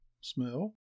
smell